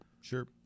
sure